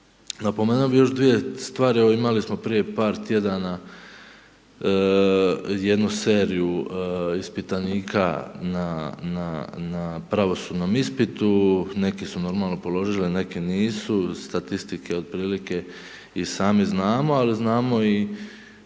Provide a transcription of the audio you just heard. Napomenuo bi još dvije stvari, evo imali smo prije par tjedana jednu seriju ispitanika na pravosudnom ispitu, neki su normalno položili, a neki nisu, statistike otprilike i sami znamo, ali znamo i